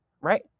right